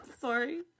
sorry